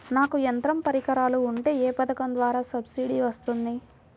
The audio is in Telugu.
నాకు యంత్ర పరికరాలు ఉంటే ఏ పథకం ద్వారా సబ్సిడీ వస్తుంది?